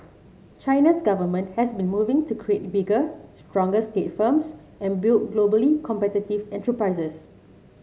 China's government has been moving to create bigger stronger state firms and build globally competitive enterprises